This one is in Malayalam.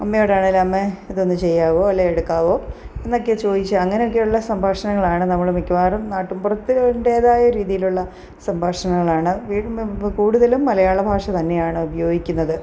അമ്മയോടാണേൽ അമ്മേ ഇതൊന്നു ചെയ്യാമോ അല്ലെ എടുക്കാമോ എന്നൊക്കെ ചോദിച്ച് അങ്ങനെയൊക്കെയുള്ള സംഭാഷണങ്ങളാണ് നമ്മൾ മിക്കവാറും നാട്ടിൻപുറത്തിൻറ്റേതായ രീതിയിലുള്ള സംഭാഷണങ്ങളാണ് കൂടുതലും മലയാള ഭാഷ തന്നെയാണ് ഉപയോഗിക്കുന്നത്